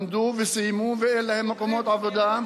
למדו וסיימו ואין להם מקומות עבודה.